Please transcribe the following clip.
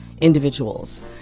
individuals